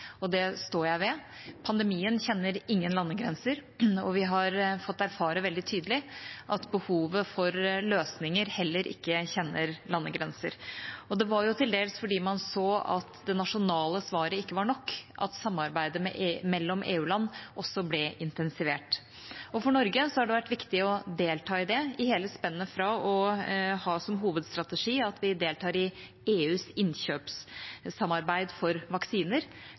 og det står jeg ved. Pandemien kjenner ingen landegrenser, og vi har fått erfare veldig tydelig at behovet for løsninger heller ikke kjenner landegrenser. Og det var jo til dels fordi man så at det nasjonale svaret ikke var nok, at samarbeidet mellom EU-land ble intensivert. For Norge har det vært viktig å delta i det, i hele spennet fra å ha som hovedstrategi at vi deltar i EUs innkjøpssamarbeid for vaksiner,